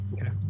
Okay